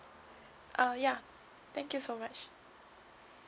uh ya thank you so much